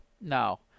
no